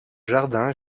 jardin